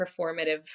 performative